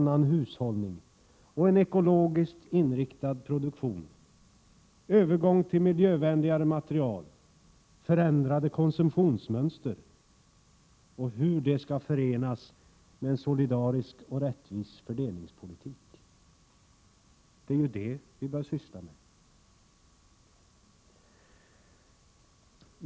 1987/88:134 hushållning och en ekologiskt inriktad produktion, övergång till miljövänli 6 juni 1988 gare material, förändrade konsumtionsmönster samt hur de skall förenas med en solidarisk och rättvis fördelningspolitik. Det är det vi bör syssla med.